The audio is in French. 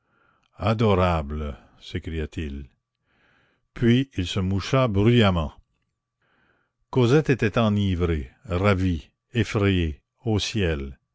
adorable s'écria-t-il puis il se moucha bruyamment cosette était enivrée ravie effrayée au ciel